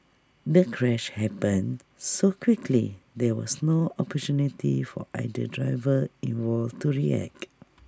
the crash happened so quickly there was no opportunity for either driver involved to react